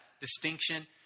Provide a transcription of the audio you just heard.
distinction